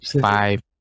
five